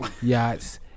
yachts